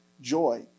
joy